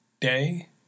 day